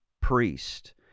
priest